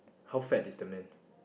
how fat is the man